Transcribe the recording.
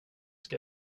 ska